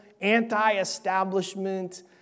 anti-establishment